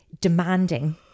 demanding